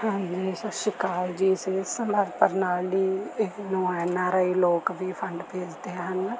ਹਾਂਜੀ ਸਤਿ ਸ਼੍ਰੀ ਅਕਾਲ ਜੀ ਸਿਹਤ ਸੰਭਾਲ ਪ੍ਰਣਾਲੀ ਇਹਨੂੰ ਐੱਨ ਆਰ ਆਈ ਲੋਕ ਵੀ ਫੰਡ ਭੇਜਦੇ ਹਨ